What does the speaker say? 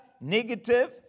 negative